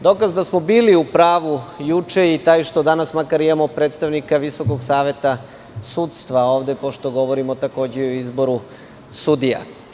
Dokaz da smo bili u pravu juče je taj što danas makar imamo predstavnika Visokog saveta sudstva ovde, pošto govorimo takođe i o izboru sudija.